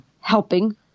helping